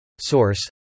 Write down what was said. Source